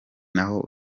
n’aho